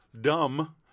dumb